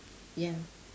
ya